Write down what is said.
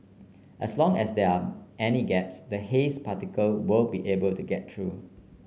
as long as there are any gaps the haze particle will be able to get through